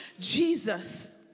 Jesus